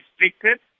restricted